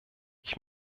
ich